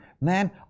Man